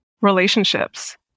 relationships